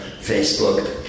Facebook